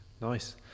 Nice